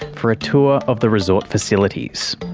for a tour of the resort facilities.